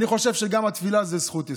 אני חושב שגם התפילה זו זכות יסוד.